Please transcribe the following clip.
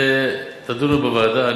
תדונו בוועדה.